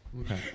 Okay